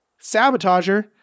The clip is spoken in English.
sabotager